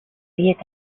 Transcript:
lead